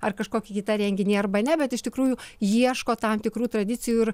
ar kažkokį kitą renginį arba ne bet iš tikrųjų ieško tam tikrų tradicijų ir